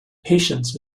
patience